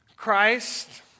Christ